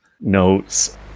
notes